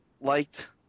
liked